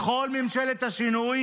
בכל ממשלת השינוי